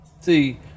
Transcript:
See